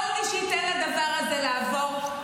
כל מי שייתן לדבר הזה לעבור,